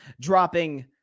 dropping